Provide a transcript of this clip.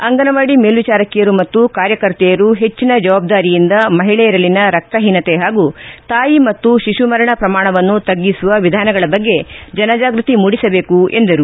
ಅಂಗನವಾಡಿ ಮೇಲ್ವಿಚಾರಕಿಯರು ಮತ್ತು ಕಾರ್ಯಕರ್ತೆಯರು ಹೆಚ್ಚನ ಜವಾಬ್ದಾರಿಯಿಂದ ಮಹಿಳೆಯರಲ್ಲಿನ ರಕ್ತ ಹೀನತೆ ಹಾಗೂ ತಾಯಿ ಮತ್ತು ಶಿಶು ಮರಣ ಪ್ರಮಾಣವನ್ನು ತಗ್ಗಿಸುವ ವಿಧಾನಗಳ ಬಗ್ಗೆ ಜನಜಾಗೃತಿ ಮೂಡಿಸಬೇಕು ಎಂದರು